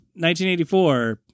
1984